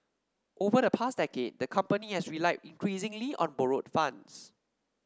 over the past decade the company has relied increasingly on borrowed funds